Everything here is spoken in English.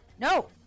No